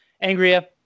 Angria